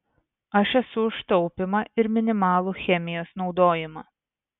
aš esu už taupymą ir minimalų chemijos naudojimą